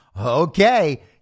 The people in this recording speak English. Okay